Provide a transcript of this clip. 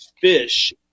fish